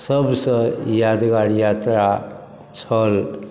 सबसँ यादगार यात्रा छल